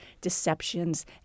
deceptions